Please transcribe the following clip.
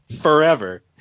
forever